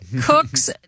cooks